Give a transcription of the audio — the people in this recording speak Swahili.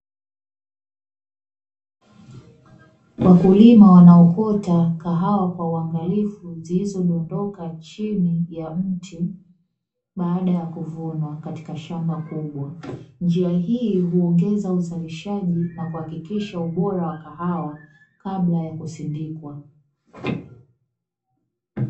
Wakulima wanaokota kahawa kwa uangalifu zilizodondoka chini ya mti baada ya kuvunwa katika shamba kubwa. Njia hii huongeza uzalishaji na kuhakikisha ubora wa kahawa kabla ya kusindikwa.